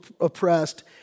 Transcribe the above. oppressed